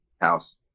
House